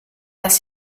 les